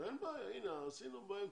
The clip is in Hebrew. אין בעיה, הנה, עשינו באמצע.